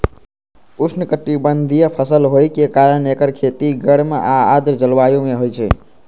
उष्णकटिबंधीय फसल होइ के कारण एकर खेती गर्म आ आर्द्र जलवायु मे होइ छै